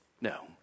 no